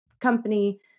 company